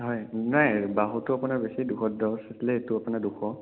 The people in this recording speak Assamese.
হয় নাই বাহুটো আপোনাৰ বেছি দুশ দহ আছিলে এইটো আপোনাৰ দুশ